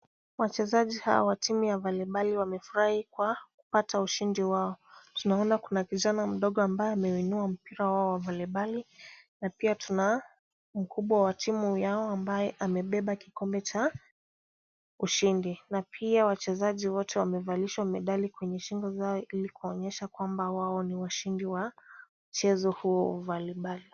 Wachezaji hawa wa timu ya valibali wamefurahi kwa kupata ushindi wao. Tunaona kuna kijana mdogo ambaye ameinua mpira wao wa valibali na pia tuna mkubwa wa timu yao ambaye amebeba kikombe cha ushindi na pia wachezaji wote wamevalishwa medali kwenye shingo zao ili kuonyesha kwamba wao ni washindi wa mchezo huo wa valibali .